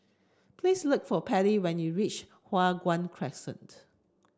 please look for Patty when you reach Hua Guan Crescent